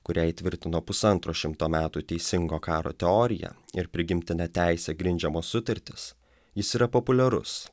kurią įtvirtino pusantro šimto metų teisingo karo teorija ir prigimtine teise grindžiamos sutartys jis yra populiarus